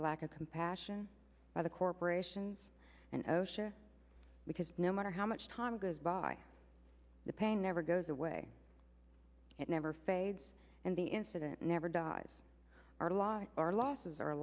the lack of compassion by the corporations and osha because no matter how much time goes by the pain never goes away it never fades and the incident never dies or a lot of our losses